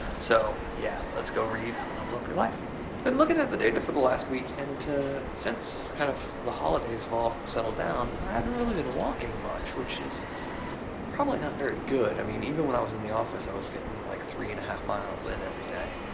so, yeah, let's go read level up your life. i've been looking at the data for the last week and since kind of the holidays have all settled down, i haven't really been walking much, which is probably not very good. i mean, even when i was in the office, i was getting like three-and-a-half miles in everyday.